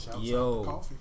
Yo